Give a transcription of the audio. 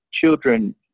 children